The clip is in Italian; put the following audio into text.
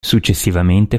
successivamente